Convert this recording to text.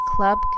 Club